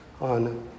on